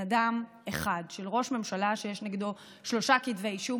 אדם אחד: של ראש ממשלה שיש נגדו שלושה כתבי אישום.